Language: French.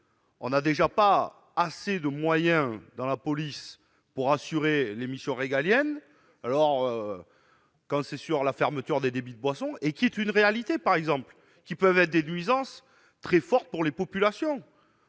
on a déjà pas assez de moyens dans la police pour assurer les missions régaliennes, alors qu'on sait sur la fermeture des débits de boissons et qui est une réalité, par exemple, qui peuvent être des nuisances très fort pour les populations.